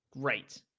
great